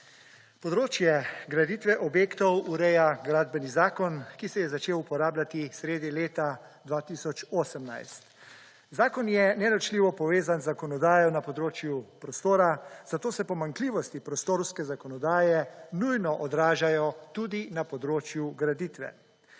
Področje graditve objektov ureja Gradbeni zakon, ki se je začel uporabljati leta 2018. Zakon je neločljivo povezan z zakonodajo na področju prostora, zato se pomanjkljivosti prostorske zakonodaje nujno odražajo tudi na področju graditve.